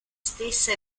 stessa